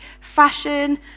fashion